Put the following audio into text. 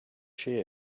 she